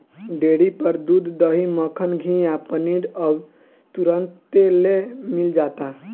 dairy पर दूध, दही, मक्खन, घीव आ पनीर अब तुरंतले मिल जाता